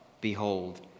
behold